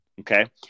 Okay